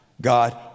God